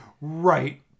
Right